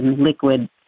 liquid